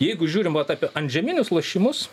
jeigu žiūrim vat apie antžeminius lošimus